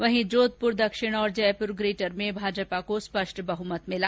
वहीं जोधप्र दक्षिण और जयप्र ग्रेटर में भाजपा को स्पष्ट बहमत मिला